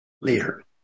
leader